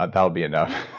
but that'll be enough.